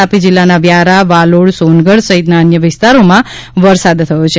તાપી જિલ્લાના વ્યારા વાલોડ સોનગઢ સહિતના અન્ય વિસ્તારોમાં વરસાદ થયો છે